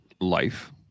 life